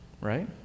right